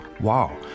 wow